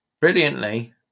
Brilliantly